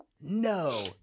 No